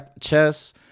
chess